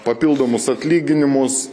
papildomus atlyginimus